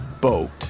boat